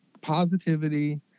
positivity